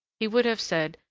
he would have said,